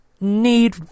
need